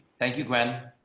thank you. when